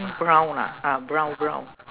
brown lah ah brown brown